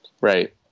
Right